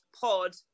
pod